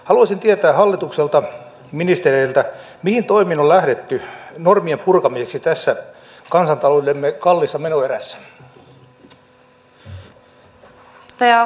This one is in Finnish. haluaisin tietää hallitukselta ministereiltä mihin toimiin on lähdetty normien purkamiseksi tässä kansantaloudellemme kalliissa menoerässä